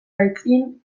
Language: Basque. aitzin